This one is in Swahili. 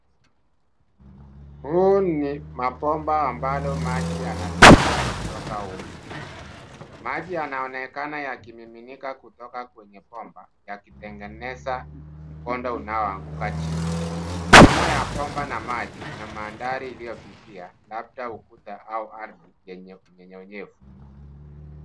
Huu ni mabomba ambalo maji yanatiririka kutoka humo. Maji yanaonekana yakimiminika kutoka kwenye bomba yakitengeneza mkondo unaoanguka chini. Nyuma ya bomba na maji kuna mandhari iliyofifia labda ukuta au ardhi yenye unyevu.